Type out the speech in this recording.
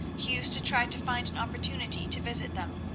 he used to try to find an opportunity to visit them,